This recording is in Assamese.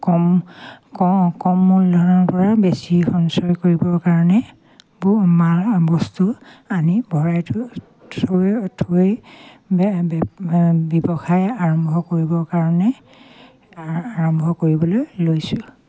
কম ক কম মূলধনৰ পৰা বেছি সঞ্চয় কৰিবৰ কাৰণে ব মাল বস্তু আনি ভৰাই থৈ থৈ থৈ ব্যৱসায় আৰম্ভ কৰিবৰ কাৰণে আৰম্ভ কৰিবলৈ লৈছোঁ